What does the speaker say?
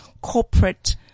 corporate